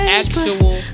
actual